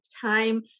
time